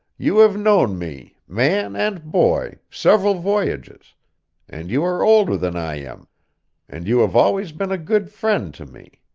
you have known me, man and boy, several voyages and you are older than i am and you have always been a good friend to me.